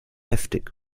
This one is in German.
heftig